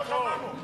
אנחנו לא שמענו,